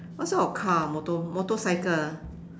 what sort of car motor~ motorcycle